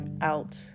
out